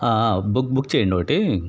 book book చేయండి ఒకటి